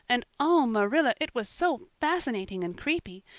and, oh, marilla, it was so fascinating and creepy.